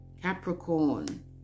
Capricorn